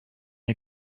you